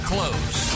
Close